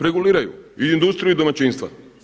Reguliraju i industrije i domaćinstva.